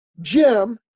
Jim